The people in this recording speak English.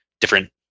Different